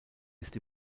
ist